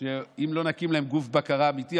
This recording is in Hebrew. אם לא נקים להם גוף בקרה אמיתי,